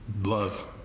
Love